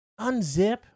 unzip